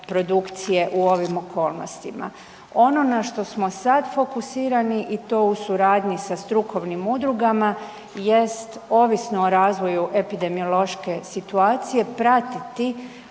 u ovim okolnostima. Ono na što smo sad fokusirani i to u suradnji sa strukovnim udrugama jest ovisno o razvoju epidemiološke situacije pratiti